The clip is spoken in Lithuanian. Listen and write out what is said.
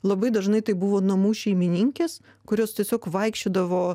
labai dažnai tai buvo namų šeimininkės kurios tiesiog vaikščiodavo